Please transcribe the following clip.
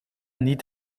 niet